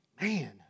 Man